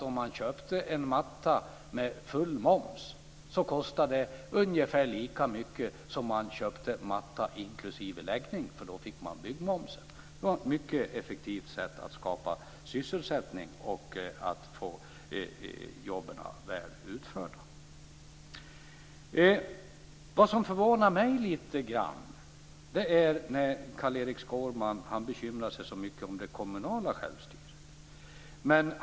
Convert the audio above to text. Om man köpte en matta med full moms, kostade det ungefär lika mycket som om man köpte mattan inklusive läggning. Då fick man byggmomsen. Det var ett mycket effektivt sätt att skapa sysselsättning och att få jobben utförda. Det som förvånar mig lite grann är att Carl-Erik Skårman bekymrar sig så mycket om det kommunala självstyret.